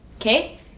Okay